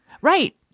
Right